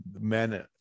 men